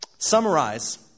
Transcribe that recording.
Summarize